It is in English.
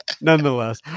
nonetheless